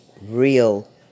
real